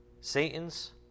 Satan's